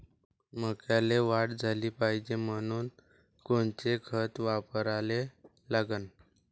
मक्याले वाढ झाली पाहिजे म्हनून कोनचे खतं वापराले लागन?